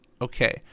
okay